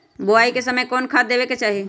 बोआई के समय कौन खाद देवे के चाही?